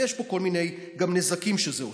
ויש פה גם כל מיני נזקים שזה עושה.